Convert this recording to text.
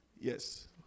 Yes